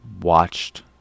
watched